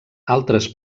altres